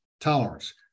tolerance